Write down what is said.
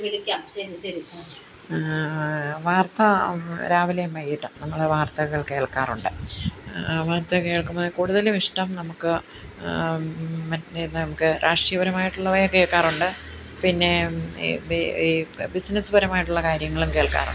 വിളിക്കാം ശരി ശരി വാർത്ത രാവിലെയും വൈകിട്ടും ഞങ്ങൾ വാർത്തകൾ കേൾക്കാറുണ്ട് വാർത്ത കേൾക്കുമ്പം കൂടുതലും ഇഷ്ടം നമുക്ക് മറ്റേ നമുക്ക് രാഷ്ട്രീയപരമായിട്ടുള്ളവയും കേൾക്കാറുണ്ട് പിന്നെ ഈ ഈ ബിസിനസ് പരമായിട്ടുള്ള കാര്യങ്ങളും കേൾക്കാറുണ്ട്